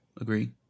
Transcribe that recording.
agree